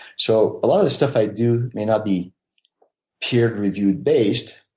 so a lot of the stuff i do may not be peer reviewed based,